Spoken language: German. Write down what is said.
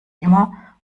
immer